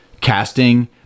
casting